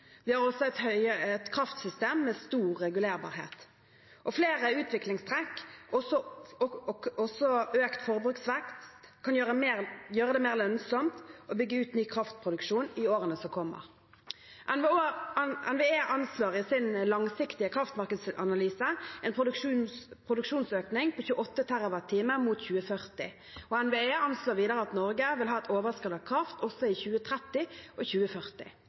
Vi har også et kraftsystem med stor regulerbarhet. Flere utviklingstrekk, også økt forbruksvekst, kan gjøre det mer lønnsomt å bygge ut ny kraftproduksjon i årene som kommer. NVE anslår i sin langsiktige kraftmarkedsanalyse en produksjonsøkning på 28 TWh mot 2040. NVE anslår videre at Norge vil ha et overskudd av kraft også i 2030 og 2040.